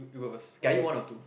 yo~ you go first k i eat one or two